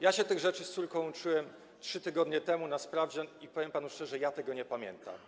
Ja się tych rzeczy z córką uczyłem 3 tygodnie temu na sprawdzian i powiem panu szczerze, że ja tego nie pamiętam.